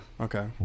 Okay